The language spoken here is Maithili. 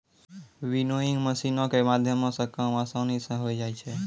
विनोइंग मशीनो के माध्यमो से काम असानी से होय जाय छै